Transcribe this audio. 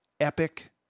epic